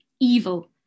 evil